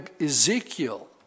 Ezekiel